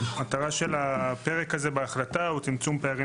מטרת הפרק הזה בהחלטה היא צמצום פערים